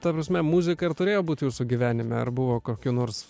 ta prasme muzika ir turėjo būt jūsų gyvenime ar buvo kokių nors